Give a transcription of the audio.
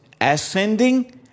ascending